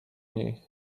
niej